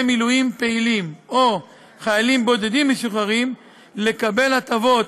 מילואים פעילים או חיילים בודדים משוחררים לקבל הטבות